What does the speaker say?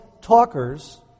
talkers